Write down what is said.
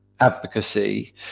advocacy